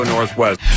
Northwest